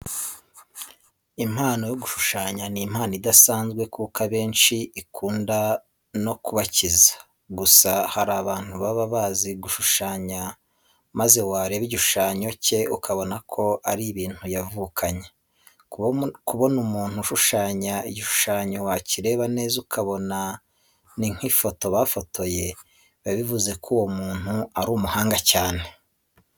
Impano yo gushushanya ni impano idasanzwe kuko abenshi ikunda no kubakiza. Gusa hari abantu baba bazi gushushanya maze wareba igishushanyo cye ukabona ko ari ibintu yavukanye. Kubona umuntu ashushanya igishushanyo wakireba neza ukabona n'inkifoto bafotoye, biba bivuze ko uwo muntu ari umuhanga cyane.